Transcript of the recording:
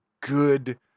good